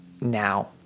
now